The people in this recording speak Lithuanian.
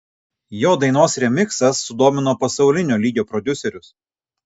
jo dainos remiksas sudomino pasaulinio lygio prodiuserius